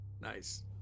Nice